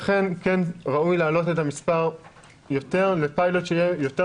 לכן כן ראוי להעלות את המספר יותר לפיילוט שיהיה יותר